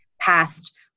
passed